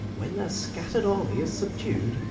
when their scatter'd army is subdu'd,